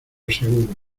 seguro